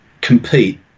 compete